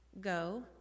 Go